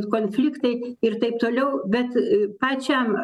konfliktai ir taip toliau bet pačiam